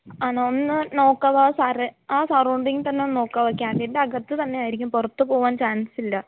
ആണോ ഒന്ന് നോക്കാമോ സാറേ ആ സറൗണ്ടിങ് തന്നെ ഒന്ന് നോക്കാമോ കാൻറ്റീൻ്റെ അകത്ത് തന്നെ ആയിരിക്കും പുറത്ത് പോവാൻ ചാൻസില്ല